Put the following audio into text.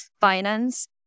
finance